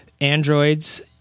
androids